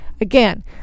Again